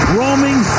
roaming